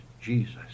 Jesus